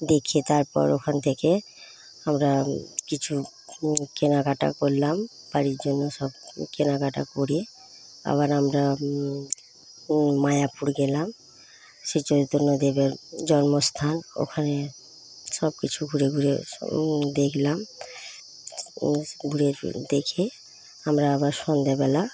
দেখে তারপর ওইখান থেকে আমরা কিছু কেনাকাটা করলাম বাড়ির জন্য সব কেনাকাটা করে আবার আমরা মায়াপুর গেলাম শ্রী চৈতন্য দেবের জন্মস্থান ওইখানে সবকিছু ঘুরে ঘুরে দেখলাম ঘুরে ফিরে দেখে আমরা আবার সন্ধ্যেবেলা